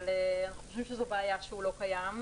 אנחנו חושבים שזאת בעיה שהוא לא קיים.